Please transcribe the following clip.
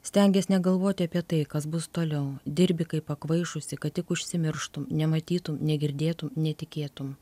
stengies negalvot apie tai kas bus toliau dirbi kaip pakvaišusi kad tik užsimirštum nematytum negirdėtum netikėtum